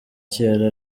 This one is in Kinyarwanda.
cyera